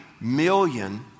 million